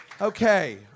Okay